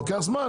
לוקח זמן.